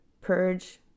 purge